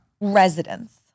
residents